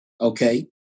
Okay